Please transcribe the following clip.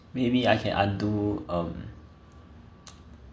maybe I can undo um